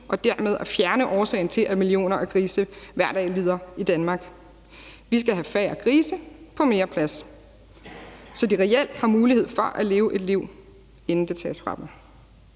og dermed fjerne årsagen til, at millioner af grise hver dag lider i Danmark. Vi skal have færre grise på mere plads, så de reelt har mulighed for at leve et liv, inden det tages fra